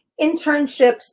internships